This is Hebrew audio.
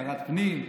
שרת פנים,